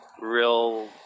real